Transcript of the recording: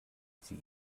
sie